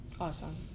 Awesome